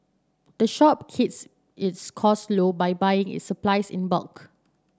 the shop keeps its cost low by buying its supplies in bulk